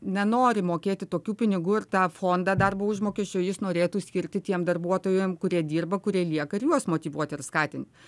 nenori mokėti tokių pinigų ir tą fondą darbo užmokesčio jis norėtų skirti tiem darbuotojam kurie dirba kurie lieka juos motyvuoti ir skatinti